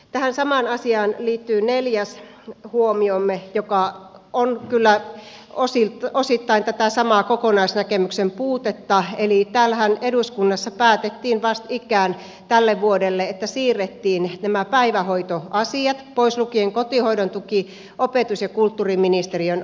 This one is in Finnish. tähän samaan asiaan liittyy neljäs huomiomme joka on kyllä osittain tätä samaa kokonaisnäkemyksen puutetta eli täällähän eduskunnassa päätettiin vastikään tälle vuodelle että siirrettiin nämä päivähoitoasiat pois lukien kotihoidon tuki opetus ja kulttuuriministeriön alaisuuteen